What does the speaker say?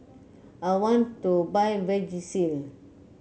I want to buy Vagisil